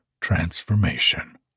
transformation